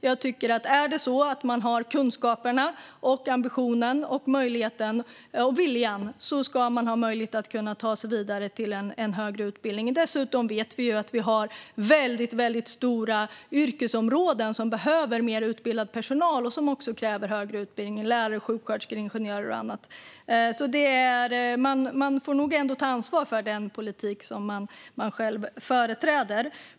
Jag tycker att om man har kunskaperna, ambitionen, möjligheten och viljan ska man ha möjlighet att ta sig vidare till en högre utbildning. Vi vet dessutom att vi har väldigt stora yrkesområden som behöver mer utbildad personal och som kräver högre utbildning - lärare, sjuksköterskor, ingenjörer och andra. Man får nog ändå ta ansvar för den politik som man själv företräder.